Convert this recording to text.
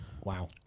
Wow